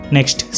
Next